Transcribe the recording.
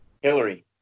Hillary